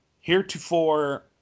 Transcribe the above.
heretofore